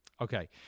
Okay